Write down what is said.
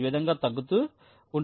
ఈ విధంగా తగ్గుతూ ఉంటుంది